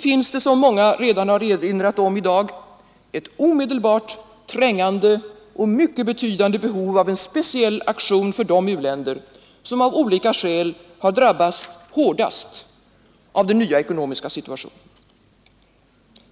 finns det, som många redan har erinrat om i dag, ett omedelbart, trängande och mycket betydande behov av en speciell aktion för de u-länder som av olika skäl drabbas hårdast av den nya ekonomiska situationen.